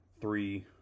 three